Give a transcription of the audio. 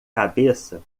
cabeça